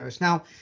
Now